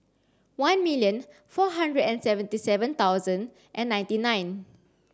one million four hundred and seventy seven thousand and ninety nine